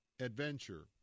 adventure